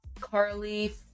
Carly